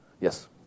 Yes